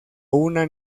una